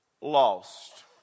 lost